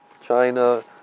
China